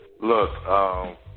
Look